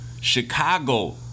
Chicago